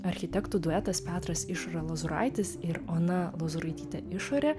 architektų duetas petras išora lozuraitis ir ona lozuraitytė išorė